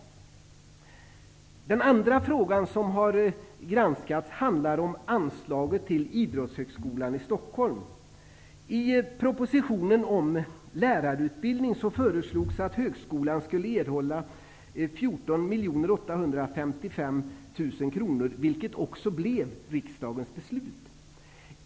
Den andra frågan som har granskats handlar om anslaget till Idrottshögskolan i Stockholm. I propositionen om lärarutbildning föreslogs att högskolan skulle erhålla 14 855 000 kronor, vilket också blev riksdagens beslut.